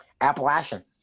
Appalachian